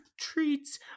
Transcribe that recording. treats